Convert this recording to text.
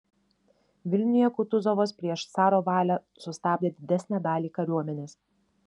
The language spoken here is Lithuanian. vilniuje kutuzovas prieš caro valią sustabdė didesnę dalį kariuomenės